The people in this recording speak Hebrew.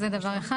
זה דבר אחד.